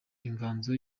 ingano